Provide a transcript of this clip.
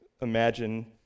imagine